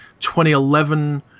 2011